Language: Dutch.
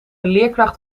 leerkracht